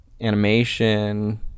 animation